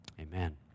amen